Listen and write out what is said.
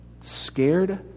Scared